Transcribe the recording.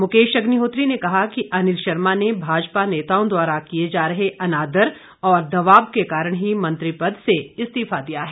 मुकेश अग्निहोत्री ने कहा कि अनिल शर्मा ने भाजपा नेताओं द्वारा किए जा रहे अनादर और दबाव के कारण ही मंत्री पद से इस्तीफा दिया है